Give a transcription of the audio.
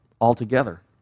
altogether